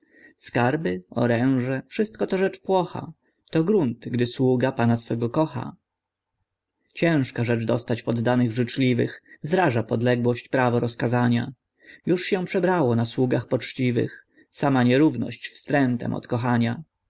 skarby oręże wszystko to rzecz płocha to grunt gdy sługa pana swego kocha ciężka rzecz dostać poddanych życzliwych zraża podległość prawo rozkazania już się przebrało na sługach poczciwych sama nierówność wstrętem od kochania